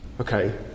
okay